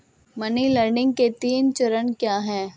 Money laundering के तीन चरण क्या हैं?